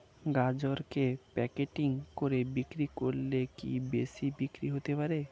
গাজরকে প্যাকেটিং করে বিক্রি করলে কি বেশি বিক্রি হতে পারে?